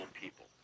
people